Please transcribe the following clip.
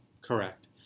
Correct